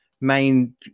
main